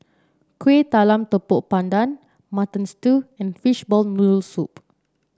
Kuih Talam Tepong Pandan Mutton Stew and Fishball Noodle Soup